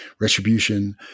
retribution